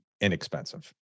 inexpensive